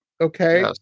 Okay